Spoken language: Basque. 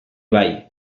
bai